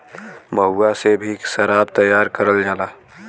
महुआ से भी सराब तैयार करल जाला